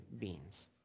beings